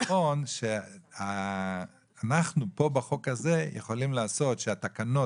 נכון שאנחנו פה בחוק הזה יכולים לעשות שהתקנות